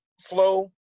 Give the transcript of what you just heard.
flow